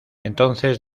entonces